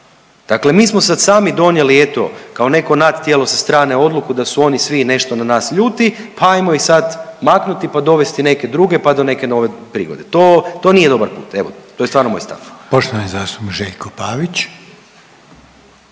Dakle, mi smo sad donijeli eto kao neko nadtijelo sa strane odluku da su oni svi nešto na nas ljuti, pa hajmo ih sad maknuti pa dovesti neke druge, pa do neke nove prigode. To nije dobar put. Evo to je stvarno moj stav. **Reiner, Željko